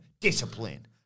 discipline